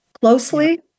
closely